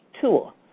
tour